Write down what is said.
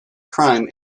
crime